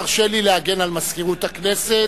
תרשה לי להגן על מזכירות הכנסת.